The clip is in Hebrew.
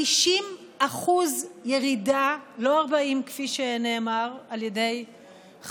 50% ירידה, לא 40%, כפי שאמר חברי,